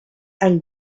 and